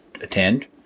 attend